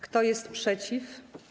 Kto jest przeciw?